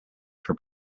for